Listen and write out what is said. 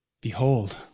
Behold